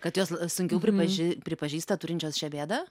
kad jos sunkiau pripaži pripažįsta turinčios šią bėdą